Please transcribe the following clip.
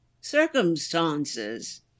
Circumstances